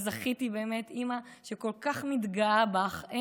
זכית באמת באימא שכל כך מתגאה בך,